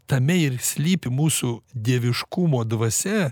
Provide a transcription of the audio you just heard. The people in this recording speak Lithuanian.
tame ir slypi mūsų dieviškumo dvasia